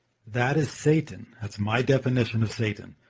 that is satan. that's my definition of satan.